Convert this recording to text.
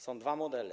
Są dwa modele.